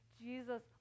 Jesus